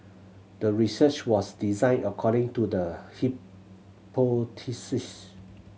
the research was designed according to the hypothesis